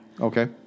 Okay